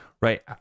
right